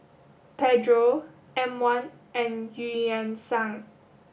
Pedro M One and Eu Yan Sang